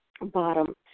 bottom